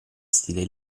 stile